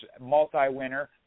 multi-winner